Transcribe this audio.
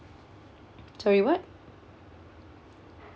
sorry what